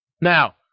Now